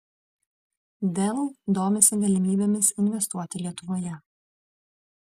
dell domisi galimybėmis investuoti lietuvoje